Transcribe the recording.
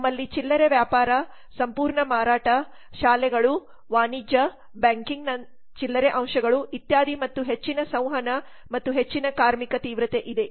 ನಮ್ಮಲ್ಲಿ ಚಿಲ್ಲರೆ ವ್ಯಾಪಾರ ಸಂಪೂರ್ಣ ಮಾರಾಟ ಶಾಲೆಗಳು ವಾಣಿಜ್ಯ ಬ್ಯಾಂಕಿಂಗ್ ನ ಚಿಲ್ಲರೆ ಅಂಶಗಳು ಇತ್ಯಾದಿ ಮತ್ತು ಹೆಚ್ಚಿನ ಸಂವಹನ ಮತ್ತು ಹೆಚ್ಚಿನ ಕಾರ್ಮಿಕ ತೀವ್ರತೆ ಇದೆ